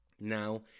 Now